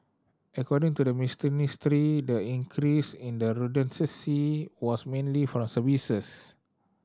according to the the increase in the redundancy was mainly from services